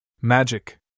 Magic